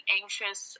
anxious